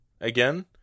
again